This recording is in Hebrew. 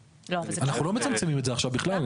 אנחנו לא מצמצמים את זה עכשיו בכלל.